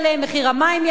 מחיר המים יעלה,